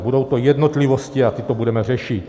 Budou to jednotlivosti a tyto budeme řešit.